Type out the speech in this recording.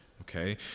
okay